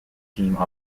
team